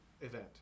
event